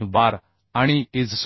Y बार आणि Izz